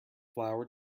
flour